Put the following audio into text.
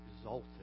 exalted